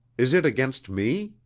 is it against me?